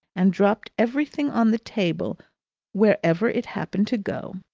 and dropped everything on the table wherever it happened to go,